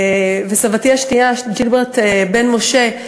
וסבתי השנייה, ג'ילברט בן-משה,